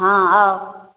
हँ आउ